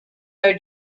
are